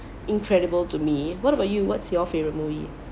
incredible to me what about you what's your favourite movie